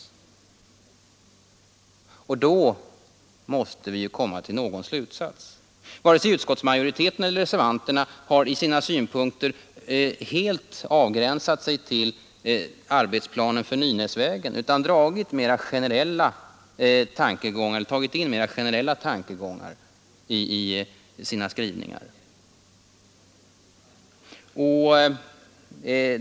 Och då måste vi komma till någon slutsats. Varken utskottsmajoriteten eller reservanterna har i framläggandet av sina synpunkter helt avgränsat sig till arbetsplanen för Nynäsvägen utan tagit in mer generella tankegångar i sina skrivningar.